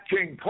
King